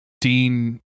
Dean